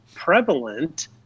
prevalent